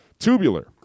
Tubular